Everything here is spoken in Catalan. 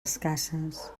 escasses